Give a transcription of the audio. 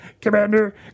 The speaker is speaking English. Commander